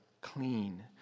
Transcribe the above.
clean